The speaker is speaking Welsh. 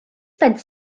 and